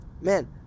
man